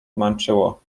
męczyło